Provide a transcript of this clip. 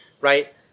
right